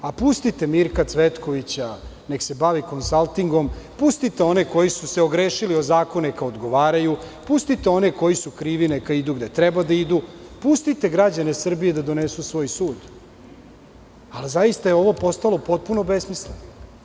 Pustite Mirka Cvetkovića neka se bavi konsaltingom, pustite one koji su se ogrešili o zakone da odgovaraju, pustite one koji su krivi neka idu gde treba da idu, pustite građane Srbije da donesu svoj sud, ali zaista je ovo postalo potpuno besmisleno.